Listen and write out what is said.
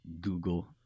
Google